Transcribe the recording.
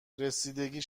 رسیدگی